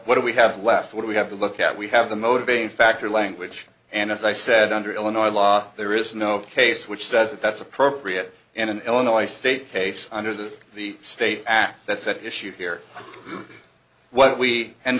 do we have left we have to look at we have the motivating factor language and as i said under illinois law there is no case which says that that's appropriate in an illinois state case under the the state act that's at issue here what we end